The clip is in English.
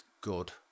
good